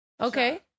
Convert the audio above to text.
Okay